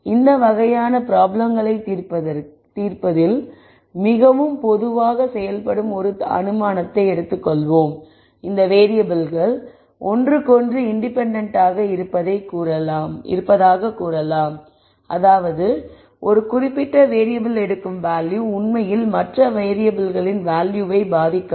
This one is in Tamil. இந்த வகையான ப்ராப்ளம்களைத் தீர்ப்பதில் மிகவும் பொதுவாக செய்யப்படும் ஒரு அனுமானத்தை எடுத்துக்கொள்வோம் இந்த வேறியபிள்கள் ஒன்றுக்கொன்று இன்டிபெண்டண்ட் ஆக இருப்பதைக் கூறலாம் அதாவது ஒரு குறிப்பிட்ட வேறியபிள் எடுக்கும் வேல்யூ உண்மையில் மற்ற வேரியபிள்களின் வேல்யூவை பாதிக்காது